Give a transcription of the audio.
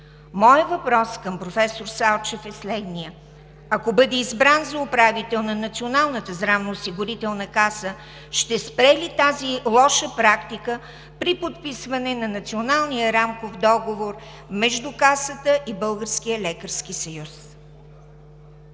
Моят въпрос към професор Салчев е следният: ако бъде избран за управител на Националната здравноосигурителна каса, ще спре ли тази лоша практика при подписване на Националния рамков договор между Касата и Българския лекарски съюз?